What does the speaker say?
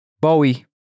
Bowie